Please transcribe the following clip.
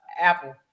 Apple